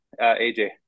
AJ